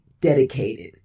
dedicated